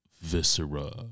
viscera